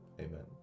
Amen